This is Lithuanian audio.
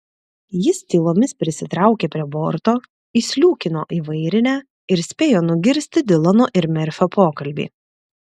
jis tylomis prisitraukė prie borto įsliūkino į vairinę ir spėjo nugirsti dilano ir merfio pokalbį